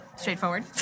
Straightforward